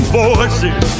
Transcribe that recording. voices